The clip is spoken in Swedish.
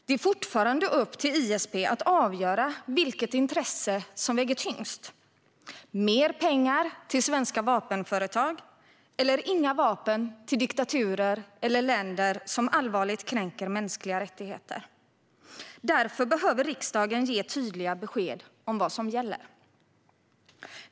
Det är fortfarande upp till ISP att avgöra vilket intresse som väger tyngst: mer pengar till svenska vapenföretag eller inga vapen till diktaturer eller länder som allvarligt kränker mänskliga rättigheter. Därför behöver riksdagen ge tydliga besked om vad som gäller.